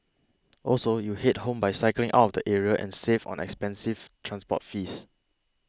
also you head home by cycling out of the area and save on expensive transport fees